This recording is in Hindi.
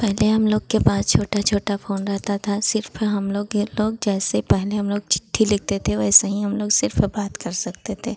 पहले हम लोग के पास छोटा छोटा फ़ोन रहता था सिर्फ हम लोग ये लोग जैसे पहले हम लोग चिट्ठी लिखते थे वैसे हीं हम लोग सिर्फ बात कर सकते थे